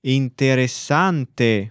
interessante